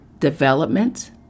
Development